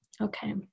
okay